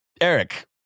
Eric